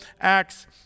Acts